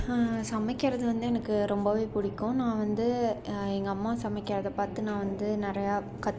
சமைக்கிறது எனக்கு வந்து ரொம்பவே பிடிக்கும் நான் வந்து எங்கள் அம்மா சமைக்கிறதை பார்த்து நான் வந்து நிறையா கற்றுக்கிட்டு இருந்திருக்கேன்